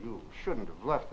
you shouldn't have le